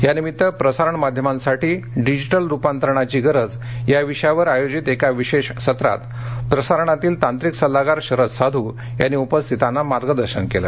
या निमित्त प्रसारण माध्यमांसाठी डिजिटल रुपांतरणाची गरज या विषयावर आयोजित एका विशेष सत्रात प्रसारणातील तांत्रिक सल्लागार शरद साधू यांनी उपस्थितांना मार्गदर्शन केलं